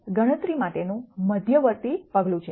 આ ગણતરી માટેનું મધ્યવર્તી પગલું છે